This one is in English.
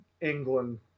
England